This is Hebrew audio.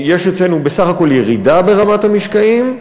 יש אצלנו בסך הכול ירידה ברמת המשקעים,